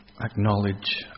Acknowledge